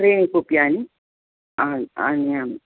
त्रीणि कूप्यानि आनयामि